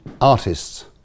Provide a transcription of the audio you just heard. artists